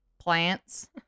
plants